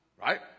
right